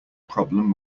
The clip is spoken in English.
problem